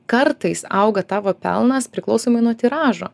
kartais auga tavo pelnas priklausomai nuo tiražo